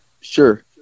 sure